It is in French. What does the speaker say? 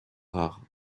rares